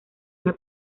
una